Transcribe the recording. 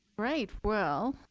right, well,